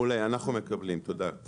מעולה אנחנו מקבלים תודה.